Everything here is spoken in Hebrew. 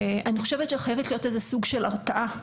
אני חושבת שחייב להיות סוג של הרתעה,